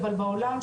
אבל בעולם,